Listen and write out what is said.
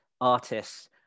artists